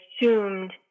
assumed